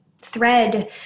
thread